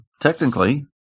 technically